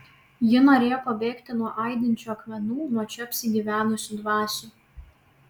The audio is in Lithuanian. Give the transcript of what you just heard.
ji norėjo pabėgti nuo aidinčių akmenų nuo čia apsigyvenusių dvasių